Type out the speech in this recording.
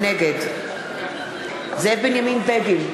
נגד זאב בנימין בגין,